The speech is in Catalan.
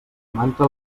manta